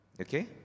Okay